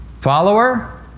Follower